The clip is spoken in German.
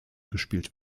gespielt